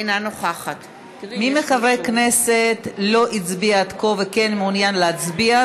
אינה נוכחת מי מבין חברי הכנסת לא הצביע עד כה וכן מעוניין להצביע?